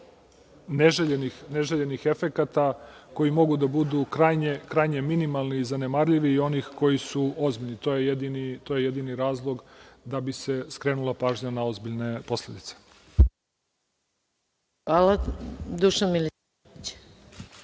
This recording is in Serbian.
neželjenih efekata koji mogu da budu krajnje minimalni i zanemarljivi i onih koji su ozbiljni. To je jedini razlog da bi se skrenula pažnja na ozbiljne posledice. **Maja Gojković** Reč